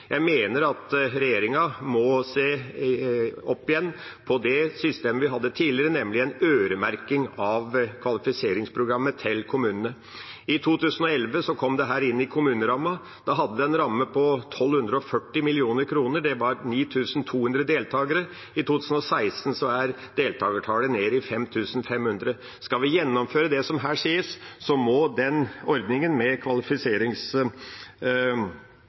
Jeg mener regjeringa igjen må se på det systemet vi hadde tidligere, nemlig med en øremerking av kvalifiseringsprogrammet til kommunene. I 2011 kom dette inn i kommunerammen og hadde da en ramme på 1 240 mill. kr og 9 200 deltakere. I 2016 er deltakertallet nede i 5 500. Skal vi gjennomføre det som her sies, må ordningen med